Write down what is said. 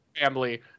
family